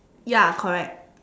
ya correct